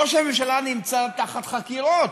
ראש הממשלה נמצא תחת חקירות.